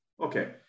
Okay